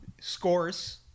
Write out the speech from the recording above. Scores